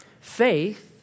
Faith